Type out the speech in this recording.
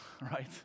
right